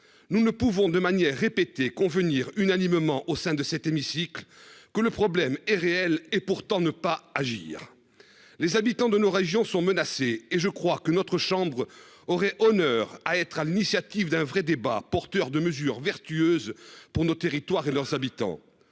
Nous ne pouvons de manière répétée convenir unanimement au sein de cet hémicycle, que le problème est réel et pourtant ne pas agir. Les habitants de nos régions sont menacés et je crois que notre chambre aurait honneur à être à l'initiative d'un vrai débat porteur de mesures vertueuse pour nos territoires et leurs habitants.